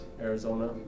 Arizona